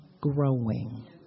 growing